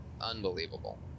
Unbelievable